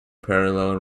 parallel